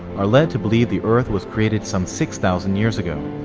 are lead to believe the earth was created some six thousand years ago.